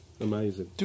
Amazing